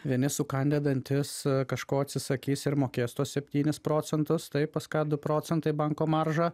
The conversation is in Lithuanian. vieni sukandę dantis kažko atsisakys ir mokės tuos septynis procentus tai pas ką du procentai banko marža